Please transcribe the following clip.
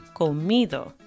comido